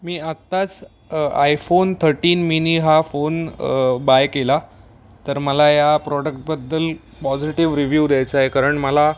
मी आत्ताच iPhone thirteen mini हा phone buy केला तर मला या प्रॉडक्टबद्दल पॉझिटिव्ह रिव्ह्यू द्यायचा आहे कारण मला